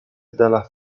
dalla